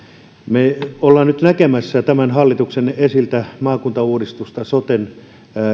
me olemme nyt näkemässä tämän hallituksen esittämänä maakuntauudistusta yhdessä soten